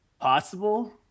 Possible